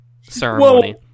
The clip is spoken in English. ceremony